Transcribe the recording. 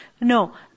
No